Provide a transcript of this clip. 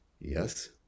Yes